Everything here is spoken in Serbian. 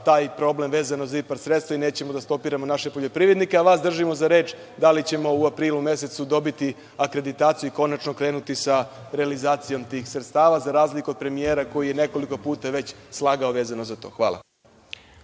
taj problem vezano za IPARD sredstva, nećemo da stopiramo naše poljoprivrednike, a vas držimo za reč da li ćemo u aprilu mesecu dobiti akreditaciju i konačno krenuti sa realizacijom tih sredstava, za razliku od premijera, koji je nekoliko puta već slagao za to? Hvala.